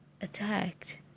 attacked